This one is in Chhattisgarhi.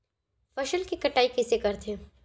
फसल के कटाई कइसे करथे?